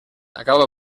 acaba